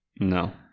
No